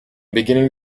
beginning